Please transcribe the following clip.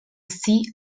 ací